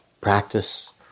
practice